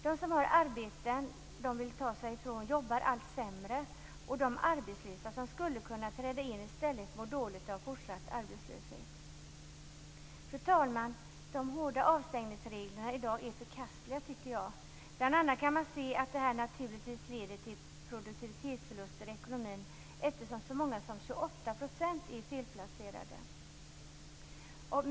De som har arbeten som de vill ta sig ifrån jobbar allt sämre, och de arbetslösa som skulle kunna träda in i stället mår dåligt av fortsatt arbetslöshet. Fru talman! Jag tycker att de hårda avstängningsreglerna i dag är förkastliga. Bl.a. kan man se att detta naturligtvis leder till produktivitetsförluster i ekonomin eftersom så många som 28 % är felplacerade.